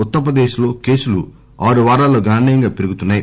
ఉత్తర ప్రదేశ్ లో కేసులు ఆరు వారాల్లో గణనీయంగా పెరుగుతున్నాయి